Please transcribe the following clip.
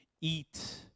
eat